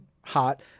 hot